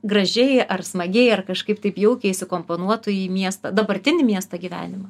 gražiai ar smagiai ar kažkaip taip jaukiai įsikomponuotų į miestą dabartinį miesto gyvenimą